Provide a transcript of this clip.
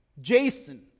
Jason